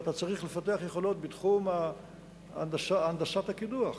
ואתה צריך לפתח יכולות בתחום הנדסת הקידוח